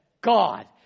God